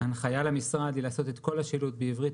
ההנחיה למשרד היא לעשות את כל השילוט בעברית,